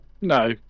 No